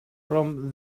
from